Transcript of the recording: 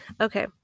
Okay